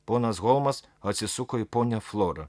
ponas holmas atsisuko į ponią florą